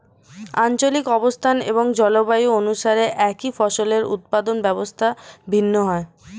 আঞ্চলিক অবস্থান এবং জলবায়ু অনুসারে একই ফসলের উৎপাদন ব্যবস্থা ভিন্ন হয়